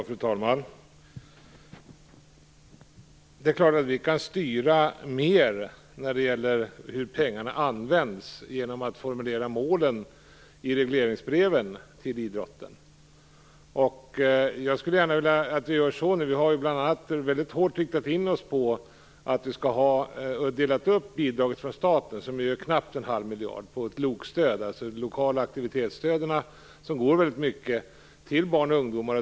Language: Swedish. Fru talman! Det är klart att vi kan styra mer när det gäller hur pengarna används, genom att formulera målen i regleringsbreven till idrotten. Vi har bl.a. väldigt hårt riktat in oss på att dela upp bidraget från staten, som är knappt en halv miljard, på LOK-stöd, dvs. lokala aktivitetsstöd, som går mycket till barn och ungdomar.